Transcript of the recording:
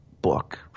book